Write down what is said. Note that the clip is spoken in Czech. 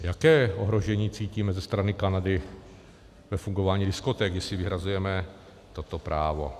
Jaké ohrožení cítíme ze strany Kanady ve fungování diskoték, když si vyhrazujeme toto právo?